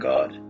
God